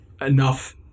enough